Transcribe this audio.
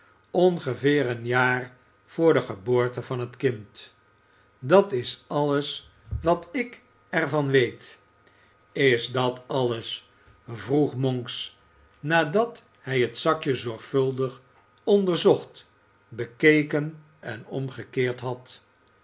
ongeveer een jaar voor de geboorte van het kind dat is alles wat ik er van weet is dat alles vroeg monks nadat hij het zakje zorgvuldig onderzocht bekeken en omgekeerd had